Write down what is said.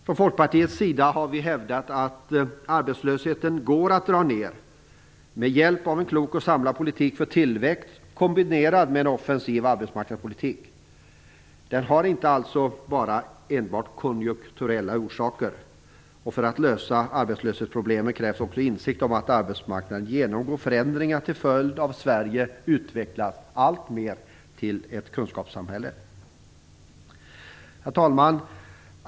Från Folkpartiets sida har vi hävdat att arbetslösheten går att dra ned med hjälp av en klok och samlad politik för tillväxt, kombinerad med en offensiv arbetsmarknadspolitik. Den har alltså inte enbart konjunkturella orsaker. För att lösa arbetslöshetsproblemen krävs också insikt om att arbetsmarknaden genomgår förändringar till följd av att Sverige alltmer utvecklas till ett kunskapssamhälle. Herr talman!